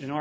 in our